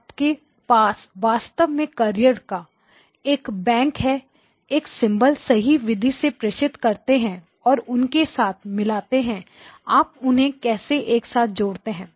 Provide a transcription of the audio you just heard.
आपके पास वास्तव में कैर्रिएरसका एक बैंक है एक सिंबल सही विधि से प्रेषित करते हैं और उनको साथ मिलाते हैं आप इन्हें कैसे एक साथ जोड़ते हैं